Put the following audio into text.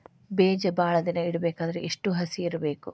ಬೇಜ ಭಾಳ ದಿನ ಇಡಬೇಕಾದರ ಎಷ್ಟು ಹಸಿ ಇರಬೇಕು?